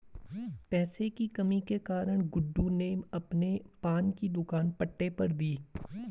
पैसे की कमी के कारण गुड्डू ने अपने पान की दुकान पट्टे पर दी